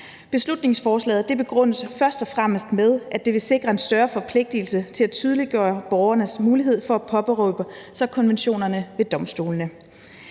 Beslutningsforslaget begrundes først og fremmest med, at det vil sikre en større forpligtigelse til at tydeliggøre borgernes mulighed for at påberåbe sig konventionerne ved domstolene.